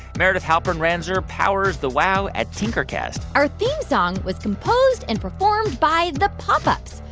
meredith halpern-ranzer powers the wow at tinkercast our theme song was composed and performed by the pop ups.